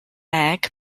egg